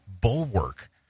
Bulwark